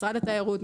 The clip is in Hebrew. משרד התיירות,